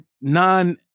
non